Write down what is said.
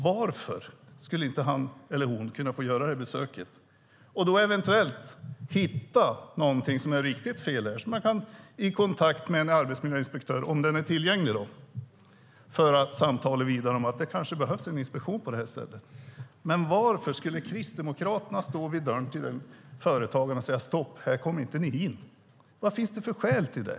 Varför skulle han eller hon inte få göra ett sådant besök och eventuellt då hitta någonting som är riktigt fel? Den regionala arbetsmiljöinspektören, om en sådan finns tillgänglig, skulle kunna diskutera om det kanske behövs en inspektion på den arbetsplatsen. Varför ska Kristdemokraterna stå i dörren hos företagaren och säga stopp, här kommer inspektören inte in? Vad finns det för skäl till det?